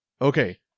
Okay